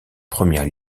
premières